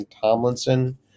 Tomlinson